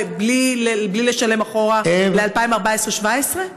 בלי לשלם אחורה על 2014 2017?